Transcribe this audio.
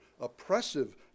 oppressive